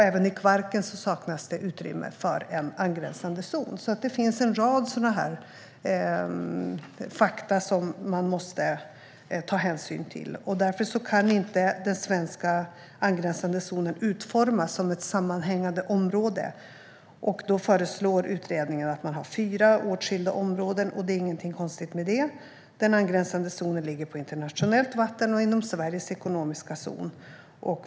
Även i Kvarken saknas utrymme för en angränsande zon. Det finns alltså en rad fakta som man måste ta hänsyn till. Av detta skäl kan den svenska angränsande zonen inte utformas som ett sammanhängande område, och därför föreslår utredningen att det ska finnas fyra åtskilda områden. Det är inget konstigt med det. Den angränsande zonen ligger på internationellt vatten och inom Sveriges ekonomiska zon.